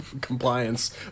compliance